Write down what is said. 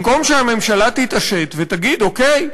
במקום שהממשלה תתעשת ותגיד: אוקיי,